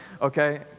okay